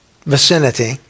vicinity